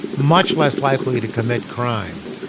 much less likely to commit crime.